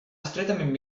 estretament